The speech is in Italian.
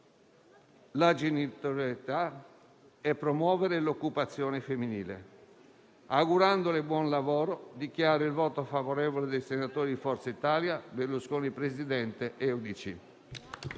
la genitorialità e promuovere l'occupazione femminile. Augurandole buon lavoro, dichiaro il voto favorevole dei senatori di Forza Italia Berlusconi Presidente-UDC.